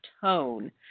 tone